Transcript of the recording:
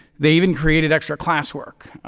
they even created extra classwork.